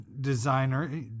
designer